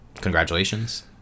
congratulations